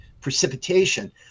precipitation